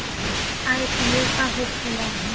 IPO का होखेला?